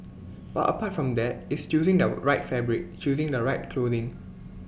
but apart from that it's choosing the right fabric choosing the right clothing